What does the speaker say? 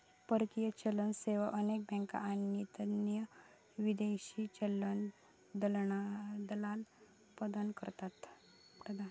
परकीय चलन सेवा अनेक बँका आणि तज्ञ विदेशी चलन दलाल प्रदान करतत